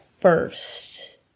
first